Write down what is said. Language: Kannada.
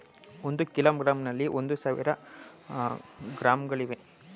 ಒಂದು ಕಿಲೋಗ್ರಾಂನಲ್ಲಿ ಒಂದು ಸಾವಿರ ಗ್ರಾಂಗಳಿವೆ